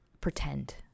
pretend